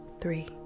three